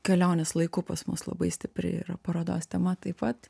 kelionės laiku pas mus labai stipriai yra parodos tema taip pat